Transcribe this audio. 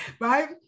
right